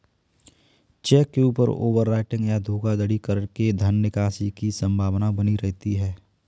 check के ऊपर overwriting या धोखाधड़ी करके धन निकासी की संभावना बनी रहती है